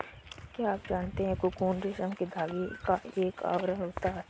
क्या आप जानते है कोकून रेशम के धागे का एक आवरण होता है?